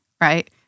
right